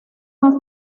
más